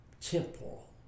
temporal